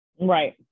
right